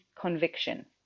conviction